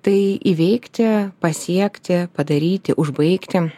tai įveikti pasiekti padaryti užbaigti